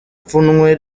ipfunwe